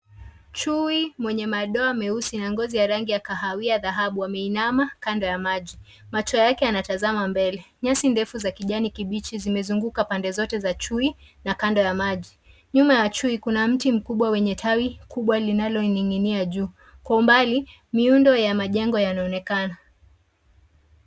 Chui mwenye madoa meusi na ngozi ya kahawia dhahabu ameinama kando ya maji, macho yake yanatazama mbele. Nyasi ndefu za kijani kibichi zimezunguka pande zote za chui na kando ya maji. Nyuma ya chui kuna mti kubwa wenye tawi kubwa linaloninginia juu, kwa umbali miundo ya majengo yanaonekana.